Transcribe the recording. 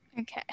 okay